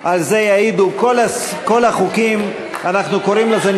אמרו לי: לא, אתה לא מבין בזה.